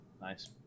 Nice